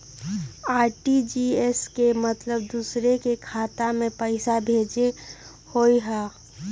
RTGS के मतलब दूसरे के खाता में पईसा भेजे होअ हई?